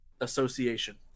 association